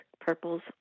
purples